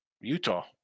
Utah